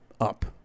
up